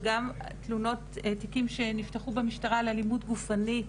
וגם תלונות, תיקים שנפתחו במשטרה על אלימות גופנית